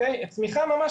צמיחה ממש,